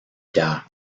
pierre